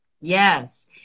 yes